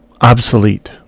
obsolete